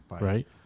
Right